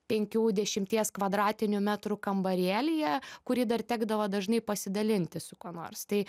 penkių dešimties kvadratinių metrų kambarėlyje kurį dar tekdavo dažnai pasidalinti su kuo nors tai